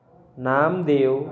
Namdev